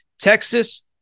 Texas